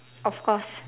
of course